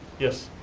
yes?